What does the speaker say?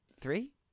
three